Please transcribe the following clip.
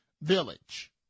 Village